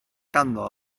ganddo